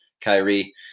Kyrie